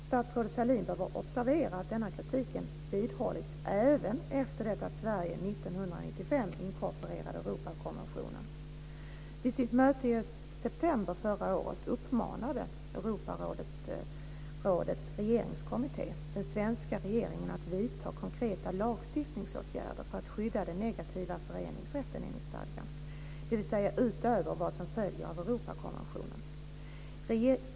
Statsrådet Sahlin bör observera att denna kritik vidhållits även efter det att Sverige 1995 inkorporerade Vid sitt möte i september förra året uppmanade Europarådets regeringskommitté den svenska regeringen att vidta konkreta lagstiftningsåtgärder för att skydda den negativa föreningsrätten enligt stadgan, dvs. utöver vad som följer av Europakonventionen.